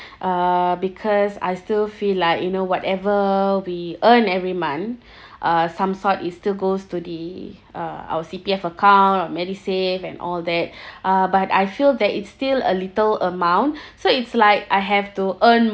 uh because I still feel like you know whatever we earn every month uh some sort it's still goes to the uh our C_P_F account our MediSave and all that uh but I feel that it's still a little amount so it's like I have to earn